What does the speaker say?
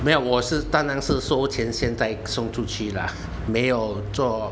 没有我是单单是收钱先再送出去啦没有做